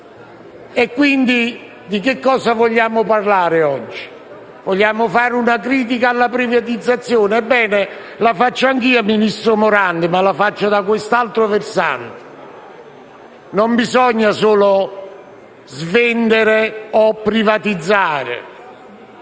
E, quindi, di cosa vogliamo parlare oggi? Vogliamo fare una critica alla privatizzazione? Ebbene, la faccio anche io vice ministro Morando, ma da quest'altro versante. Non bisogna solo svendere o privatizzare;